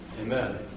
Amen